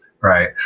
right